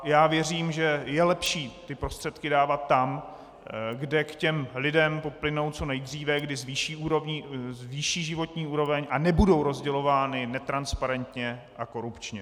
Já věřím, že je lepší ty prostředky dávat tam, kde k těm lidem plynou co nejdříve, kdy zvýší životní úroveň a nebudou rozdělovány netransparentně a korupčně.